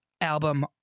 album